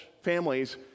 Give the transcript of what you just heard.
families